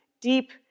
deep